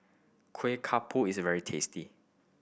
kuih is very tasty